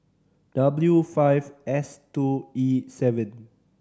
W five S two E seven